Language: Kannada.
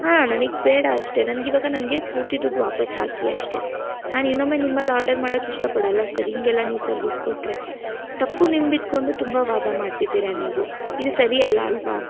ಹಾಂ ನನಗೆ ಬೇಡ ಅಷ್ಟೇ ನನ್ಗೆ ಇವಾಗ ನನಗೆ ಪೂರ್ತಿ ದುಡ್ಡು ವಾಪಸ್ಸು ಹಾಕಿ ಅಷ್ಟೇ ನಾನು ಇನ್ನೊಮ್ಮೆ ನಿಮ್ಮಲ್ಲಿ ಆರ್ಡರ್ ಮಾಡಕ್ಕೆ ಇಷ್ಟಪಡೋಲ್ಲ ಸರ್ ಹೀಗೆಲ್ಲ ನೀವು ಸರ್ವೀಸ್ ಕೊಟ್ಟರೆ ತಪ್ಪು ನಿಮ್ದು ಇದ್ದುಕೊಂಡು ತುಂಬ ವಾದ ಮಾಡ್ತಿದ್ದೀರ ನೀವು ಇದು ಸರಿ ಅಲ್ಲ ಅಲ್ಲವಾ